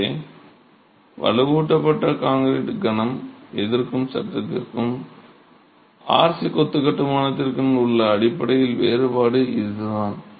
எனவே வலுவூட்டப்பட்ட கான்கிரீட் கணம் எதிர்க்கும் சட்டத்திற்கும் RC கிடைமட்ட மற்றும் செங்குத்து இணைப்புகளுடன் வரையறுக்கப்பட்ட கொத்து கட்டுமானத்திற்கும் உள்ள அடிப்படை வேறுபாடு இதுதான்